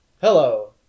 hello